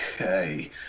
okay